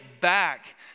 back